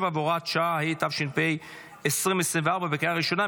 67 והוראת שעה), התשפ"ה 2024, לקריאה ראשונה.